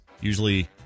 Usually